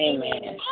Amen